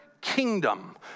kingdom